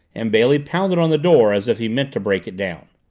and bailey pounded on the door as if he meant to break it down.